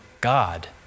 God